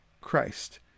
Christ